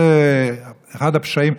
זה אחד הפשעים,